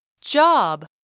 Job